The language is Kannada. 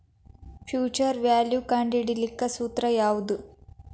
ಫ್ಯುಚರ್ ವ್ಯಾಲ್ಯು ಕಂಢಿಡಿಲಿಕ್ಕೆ ಸೂತ್ರ ಯಾವ್ದು?